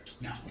No